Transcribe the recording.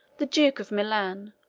the duke of milan,